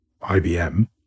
IBM